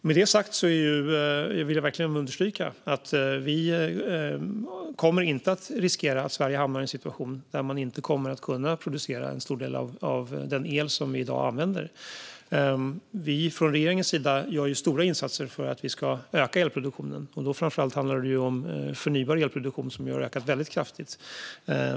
Med det sagt vill jag verkligen understryka att vi inte kommer att riskera att Sverige hamnar i en situation där man inte kommer att kunna producera en stor del av den el som vi i dag använder. Vi gör stora insatser från regeringens sida för att öka elproduktionen. Då handlar det framför allt om förnybar elproduktion, som ju har ökat kraftigt.